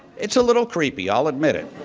it's a little creepy, i'll admit it.